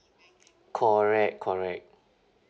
correct correct